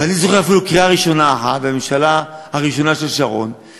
ואני זוכר אפילו קריאה ראשונה אחת בממשלה הראשונה של שרון,